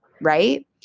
right